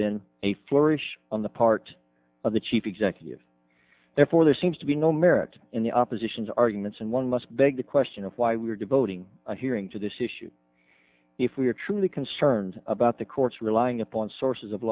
a flourish on the part of the chief executive therefore there seems to be no merit in the opposition's arguments and one must beg the question of why we are devoting a hearing to this issue if we are truly concerned about the court's relying upon sources of